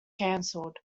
cancelled